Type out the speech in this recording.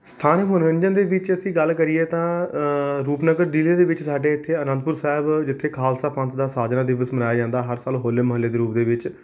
ਸਥਾਨਕ ਮਨੋਰੰਜਨ ਦੇ ਵਿੱਚ ਅਸੀਂ ਗੱਲ ਕਰੀਏ ਤਾਂ ਰੂਪਨਗਰ ਜ਼ਿਲ੍ਹੇ ਦੇ ਵਿੱਚ ਸਾਡੇ ਇੱਥੇ ਆਨੰਦਪੁਰ ਸਾਹਿਬ ਜਿੱਥੇ ਖਾਲਸਾ ਪੰਥ ਦਾ ਸਾਜਨਾ ਦਿਵਸ ਮਨਾਇਆ ਜਾਂਦਾ ਹਰ ਸਾਲ ਹੋਲੇ ਮਹੱਲੇ ਦੇ ਰੂਪ ਦੇ ਵਿੱਚ